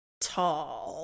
tall